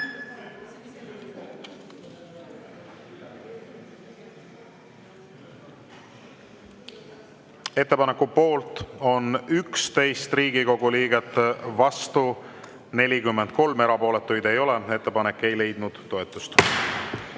Ettepaneku poolt on 42 Riigikogu liiget, vastu 6, erapooletuid ei ole. Ettepanek leidis toetust.